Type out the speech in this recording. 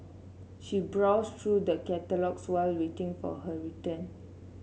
she browsed through the catalogues while waiting for her return